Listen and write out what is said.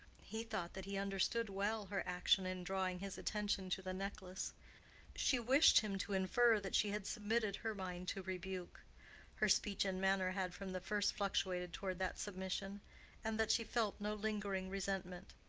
he thought that he understood well her action in drawing his attention to the necklace she wished him to infer that she had submitted her mind to rebuke her speech and manner had from the first fluctuated toward that submission and that she felt no lingering resentment.